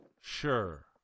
Sure